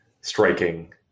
striking